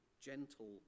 gentle